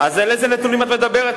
אז על איזה נתונים את מדברת?